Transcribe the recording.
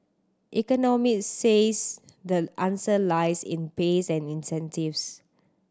economist says the answer lies in pays and incentives